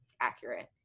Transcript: Accurate